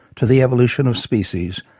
to the evolution of species,